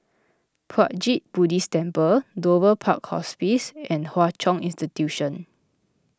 Puat Jit Buddhist Temple Dover Park Hospice and Hwa Chong Institution